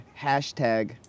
hashtag